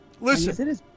Listen